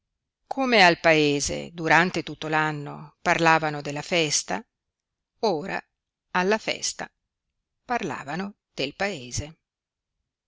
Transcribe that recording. come al paese durante tutto l'anno parlavano della festa ora alla festa parlavano del paese